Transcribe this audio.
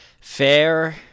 fair